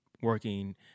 working